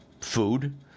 food